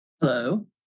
Hello